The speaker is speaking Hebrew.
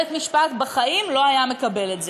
בית-המשפט בחיים לא היה מקבל את זה.